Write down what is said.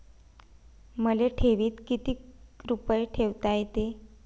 मले ठेवीत किती रुपये ठुता येते?